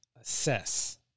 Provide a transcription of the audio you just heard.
assess